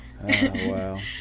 Wow